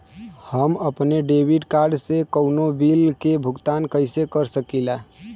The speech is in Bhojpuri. हम अपने डेबिट कार्ड से कउनो बिल के भुगतान कइसे कर सकीला?